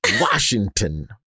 Washington